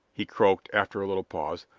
he croaked, after a little pause,